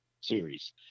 series